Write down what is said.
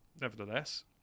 nevertheless